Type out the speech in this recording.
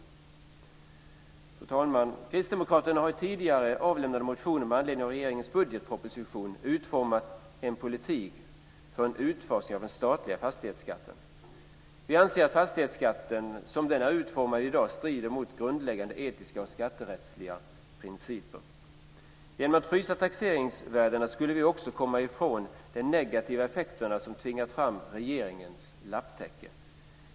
Fru talman! Kristdemokraterna har i tidigare väckta motioner med anledning av regeringens budgetproposition utformat en politik för en utfasning av den statliga fastighetsskatten. Vi anser att fastighetsskatten, som den är utformad i dag, strider mot grundläggande etiska och skatterättsliga principer. Genom att frysa taxeringsvärdena skulle vi också komma ifrån de negativa effekterna som tvingat fram regeringens lapptäcke.